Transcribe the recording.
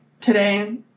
today